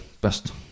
best